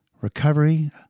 Recovery